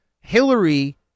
Hillary